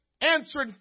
answered